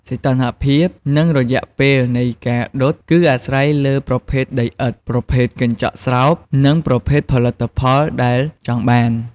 សីតុណ្ហភាព និងរយៈពេលនៃការដុត គឺអាស្រ័យលើប្រភេទដីឥដ្ឋ ប្រភេទកញ្ចក់ស្រោប និងប្រភេទផលិតផលដែលចង់បាន។